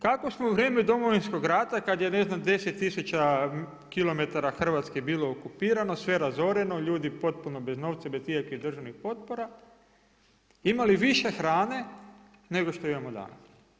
Kako smo u vrijeme Domovinskog rata kad je ne znam 10 tisuća kilometara Hrvatske bilo okupirano, sve razoreno, ljudi potpuno bez novca i bez ikakvih državnih potpora, imali više hrane nego što imamo danas?